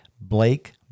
Blake